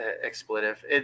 expletive